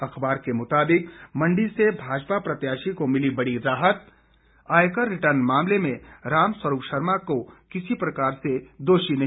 अख़बार के मुताबिक मंडी से भाजपा प्रत्याशी को मिली बड़ी राहत आयकर रिटर्न मामले में राम स्वरूप शर्मा किसी भी प्रकार से दोषी नहीं